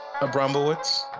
Abramowitz